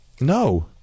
No